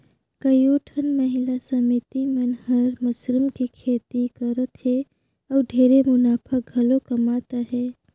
कयोठन महिला समिति मन हर मसरूम के खेती करत हें अउ ढेरे मुनाफा घलो कमात अहे